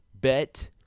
bet